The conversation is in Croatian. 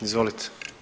Izvolite.